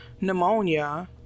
Pneumonia